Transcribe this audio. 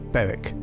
Beric